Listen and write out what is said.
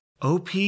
OP